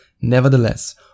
Nevertheless